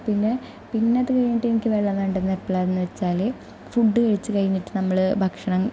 അപ്പോൾ പിന്നെ പിന്നെ അതു കഴിഞ്ഞിട്ട് എനിക്ക് വെള്ളം വേണ്ടത് വേണ്ടതെപ്പോഴാ എന്നു വെച്ചാൽ ഫുഡ് കഴിച്ചു കഴിഞ്ഞിട്ട് നമ്മൾ ഭക്ഷണം